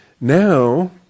Now